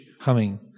humming